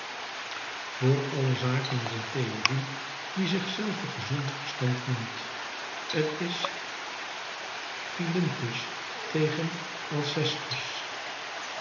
voor alle zaken is een theorie die zich zelve gezond verstand noemt t is philintus tegen alcestus